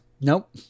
Nope